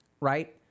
right